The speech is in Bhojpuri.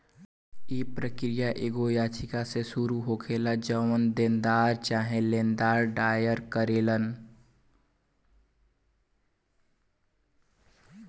इ प्रक्रिया एगो याचिका से शुरू होखेला जवन देनदार चाहे लेनदार दायर करेलन